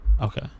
Okay